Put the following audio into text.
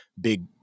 big